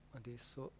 adesso